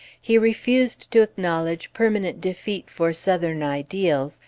he refused to acknowledge permanent defeat for southern ideals,